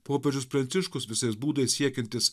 popiežius pranciškus visais būdais siekiantis